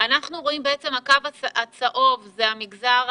אנחנו מדברים על פרות, על ירקות, על מלפפונים.